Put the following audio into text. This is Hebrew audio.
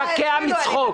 ומתפקע מצחוק.